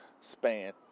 span